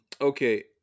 Okay